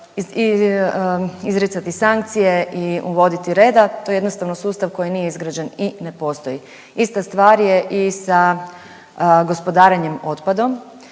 izricati sankcije i uvoditi reda to je jednostavno sustav koji nije izgrađen i ne postoji. Ista stvar je i sa gospodarenjem otpadom.